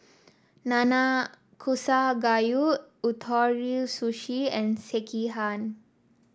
Nanakusa Gayu Ootoro Sushi and Sekihan